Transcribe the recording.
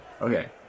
Okay